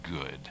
good